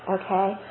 okay